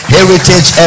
Heritage